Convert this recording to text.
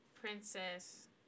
princess